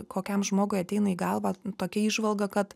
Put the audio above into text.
kokiam žmogui ateina į galvą tokia įžvalga kad